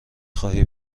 خواهی